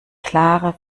klare